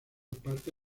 parte